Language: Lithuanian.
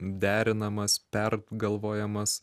derinamas pergalvojamas